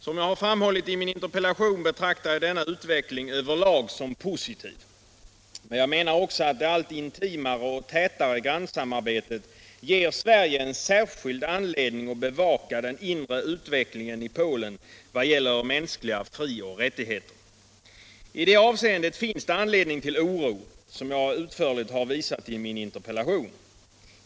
Som jag har framhållit i min interpellation betraktar jag denna utveckling över lag som positiv. Men jag menar också att det allt intimare och tätare grannsamarbetet ger Sverige särskild anledning att bevaka den inre utvecklingen i Polen vad gäller mänskliga frioch rättigheter. I det avseendet finns det anledning till oro, som jag utförligt har visat i min interpellation.